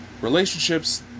Relationships